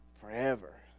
forever